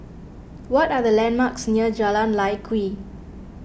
what are the landmarks near Jalan Lye Kwee